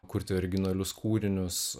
kurti originalius kūrinius